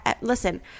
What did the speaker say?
Listen